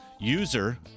user